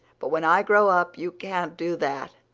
but when i grow up you can't do that,